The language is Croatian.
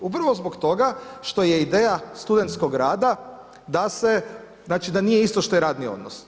Upravo zbog toga što je ideja studentskog rada, da se, znači da nije isto što je radni odnos.